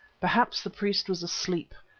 perhaps the priest was asleep,